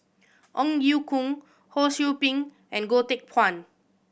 Ong Ye Kung Ho Sou Ping and Goh Teck Phuan